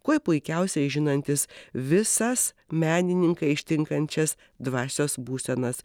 kuo puikiausiai žinantis visas menininką ištinkančias dvasios būsenas